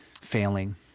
failing